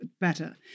better